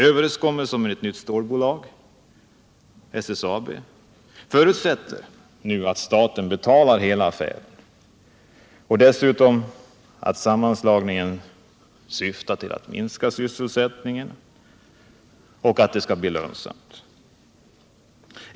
Överenskommelsen om ett nytt stålbolag — SSAB - förutsätter att staten betalar hela affären och dessutom att sammanslagningen syftar till att minska sysselsättningen och att verksamheten skall bli lönsam.